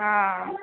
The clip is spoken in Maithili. हँ